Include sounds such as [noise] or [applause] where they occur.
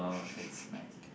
[laughs]